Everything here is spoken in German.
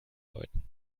läuten